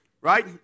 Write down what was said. right